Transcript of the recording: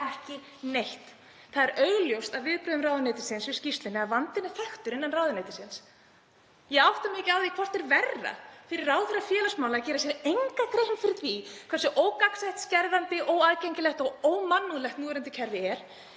gerist ekki neitt. Það er augljóst af viðbrögðum ráðuneytisins við skýrslunni að vandinn er þekktur innan ráðuneytisins. Ég átta mig ekki á því hvort er verra fyrir ráðherra félagsmála að gera sér enga grein fyrir því hversu ógagnsætt, skerðandi, óaðgengilegt og ómannúðlegt núverandi kerfi er